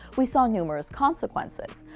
we saw numerous consequences.